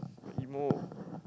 emo